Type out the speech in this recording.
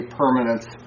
permanence